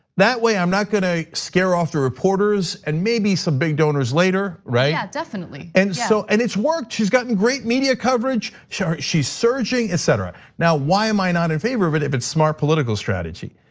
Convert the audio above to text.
that way, i'm not gonna scare off the reporters and maybe some big donors later, right? yeah and so and it's worked, she's gotten great media coverage, she's she's surging, etc. now why am i not in favor of it if it's smart political strategy?